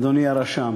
אדוני הרשם,